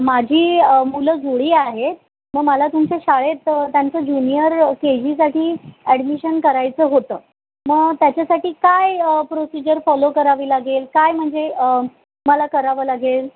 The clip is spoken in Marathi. माझी मुलं जुळी आहेत मग मला तुमच्या शाळेत त्यांचं जुनियर के जीसाठी ॲडमिशन करायचं होतं मग त्याच्यासाठी काय प्रोसिजर फॉलो करावी लागेल काय म्हणजे मला करावं लागेल